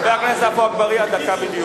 חבר הכנסת אבו אגבאריה,